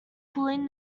pulling